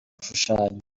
gushushanya